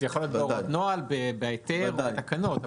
זה יכול להיות בהוראות נוהל, בהיתר או בתקנות.